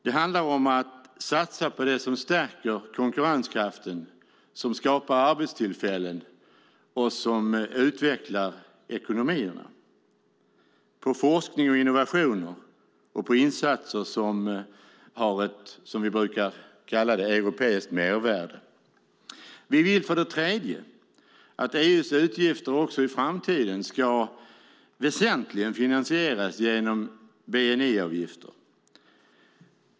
Det handlar om att satsa på det som stärker konkurrenskraften, som skapar arbetstillfällen och som utvecklar ekonomierna och att satsa på forskning och innovationer och på insatser som har ett, som vi brukar kalla det, europeiskt mervärde. Vi vill för det tredje att EU:s utgifter också i framtiden väsentligen ska finansieras genom bni-avgifter.